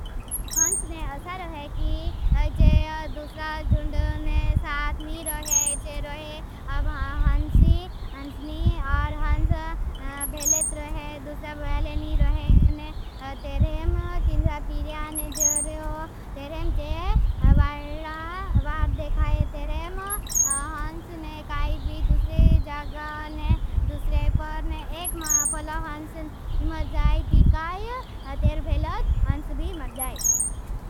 हन्सने असार है कि जे दूसरा जुंडने साथ नी रहे। जे रहे अब हन्सी, हन्सनी और हन्स भेलेत रहे, दूसरा भेले नी रहे। तेरेम तिंद्रापीरियान जर तेरेम जे वाल्डा वाल्ड देखाये। तेरेम हन्सने काई भी दूसरे जगने, दूसरे परने एक पल हन्सन इमर जाए। ती काई, तेरे भेले हन्स भी मर जाए।